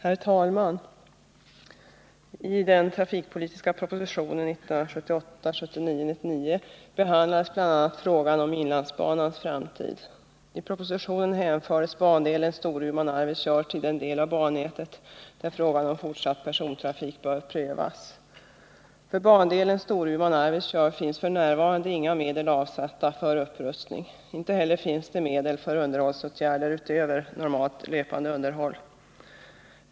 Herr talman! I den trafikpolitiska propositionen 1978/79:99 behandlas bl.a. frågan om inlandsbanans framtid. I propositionen hänförs bandelen Storuman-Arvidsjaur till den del av bannätet där persontrafik bör prövas. För upprustning av bandelen Storuman-Arvidsjaur finns f. n. inga medel avsatta. Inte heller finns det medel för underhållsåtgärder utöver normalt löpande underhåll.